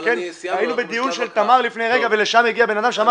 היינו בדיון של תמר לפני רגע ולשם הגיע אדם שאמר